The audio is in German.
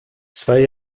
zwei